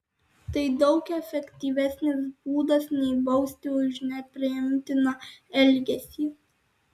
tai daug efektyvesnis būdas nei bausti už nepriimtiną elgesį